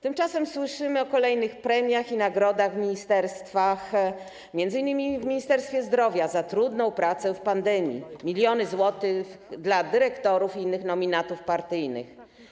Tymczasem słyszymy o kolejnych premiach i nagrodach w ministerstwach, m.in. w Ministerstwie Zdrowia, za trudną pracę w pandemii, o milionach złotych dla dyrektorów i innych nominatów partyjnych.